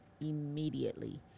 immediately